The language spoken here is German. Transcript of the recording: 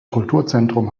kulturzentrum